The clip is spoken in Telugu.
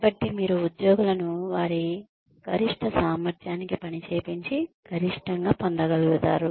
కాబట్టి మీరు ఉద్యోగులను వారి గరిష్ట సామర్థ్యానికి పని చేపించి గరిష్టంగా పొందగలుగుతారు